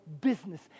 business